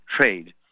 trade